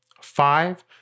Five